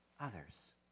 others